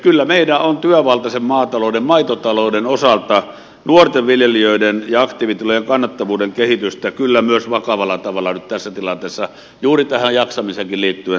kyllä meidän on työvaltaisen maatalouden maitotalouden osalta seurattava nuorten viljelijöiden ja aktiivitilojen kannattavuuden kehitystä vakavalla tavalla tässä tilanteessa juuri jaksamiseenkin liittyen